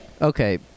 Okay